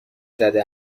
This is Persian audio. زده